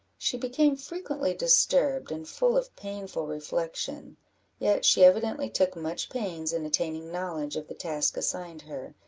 she became frequently disturbed, and full of painful reflection yet she evidently took much pains in attaining knowledge of the task assigned her,